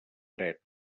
dret